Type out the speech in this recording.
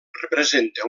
representa